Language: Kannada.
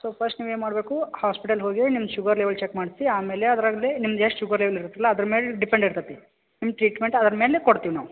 ಸೊ ಫಸ್ಟ್ ನೀವು ಏನು ಮಾಡಬೇಕು ಹಾಸ್ಪೆಟಲ್ಗೆ ಹೋಗಿ ನಿಮ್ಮ ಶುಗರ್ ಲೆವೆಲ್ ಚೆಕ್ ಮಾಡ್ಸಿ ಆಮೇಲೆ ಅದರಲ್ಲಿ ನಿಮ್ದು ಎಷ್ಟು ಶುಗರ್ ಲೇವೆಲ್ ಇರುತ್ತೆ ಅಲ್ಲಾ ಅದ್ರ ಮೇಲೆ ಡಿಪೆಂಟ್ ಇರ್ತತಿ ನಿಮ್ಮ ಟ್ರೀಟ್ಮೆಂಟ್ ಅದ್ರ ಮೇಲೆ ಕೊಡ್ತೀವಿ ನಾವು